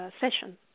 session